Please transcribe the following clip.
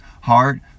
heart